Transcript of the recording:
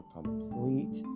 complete